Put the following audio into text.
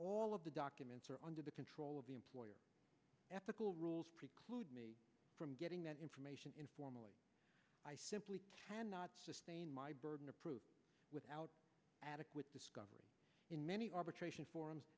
all of the documents are under the control of the employer ethical rules from getting that information informally i simply cannot sustain my burden of proof without adequate discovery in many arbitration forums